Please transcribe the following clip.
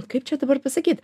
kaip čia dabar pasakyt